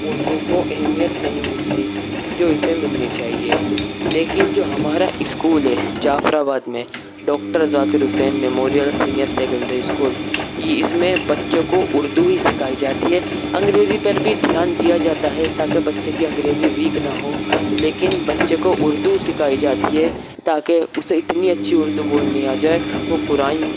اردو کو اہمیت نہیں ملتی جو اسے ملنی چاہیے لیکن جو ہمارا اسکول ہے جعفرآباد میں doctor Zakir Hussain memorial senior secondary school یہ اس میں بچوں کو اردو ہی سکھائی جاتی ہے انگریزی پر بھی دھیان دیا جاتا ہے تاکہ بچے کی انگریزی ویک نہ ہو لیکن بچے کو اردو سکھائی جاتی ہے تاکہ اسے اتنی اچھی اردو بولنی آ جائے وہ قرآن